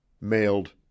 mailed